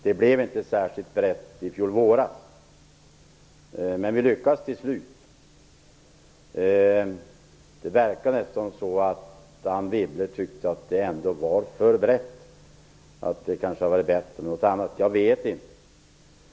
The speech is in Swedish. Det blev inte särskilt brett i fjol våras, men vi lyckades till slut. Det verkar nästan som om Anne Wibble tycker att det var för brett och att det hade varit bättre med något annat. Jag vet inte.